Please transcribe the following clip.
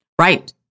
Right